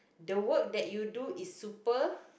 the work that you do is super